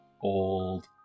old